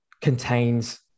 contains